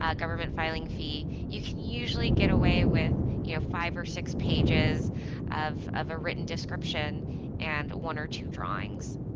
ah government filing fee. you can usually get away with you know five or six pages of of a written description and one or two drawings.